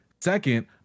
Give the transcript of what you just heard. Second